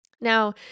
Now